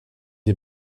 des